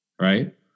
right